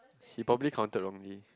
he probably counted wrongly